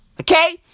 Okay